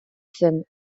zen